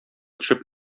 төшеп